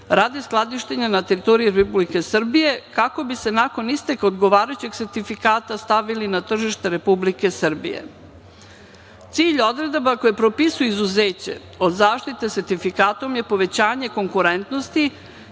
radi skladištenja na teritoriji Republike Srbije kako bi se, nakon isteka odgovarajućeg sertifikata, stavili na tržište Republike Srbije. Cilj odredaba koje propisuju izuzeće od zaštite sertifikatom je povećanje konkurentnosti